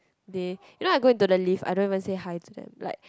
they you know I go into the lift I don't even say hi to them like